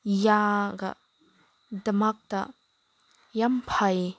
ꯌꯥꯒꯗꯃꯛꯇ ꯌꯥꯝ ꯐꯩ